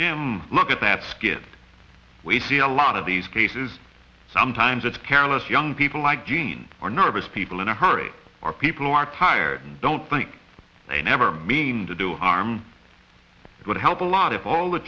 jim look at that skit we see a lot of these cases sometimes it's careless young people like gene or nervous people in a hurry or people who are tired and don't think they never mean to do harm it would help a lot of all the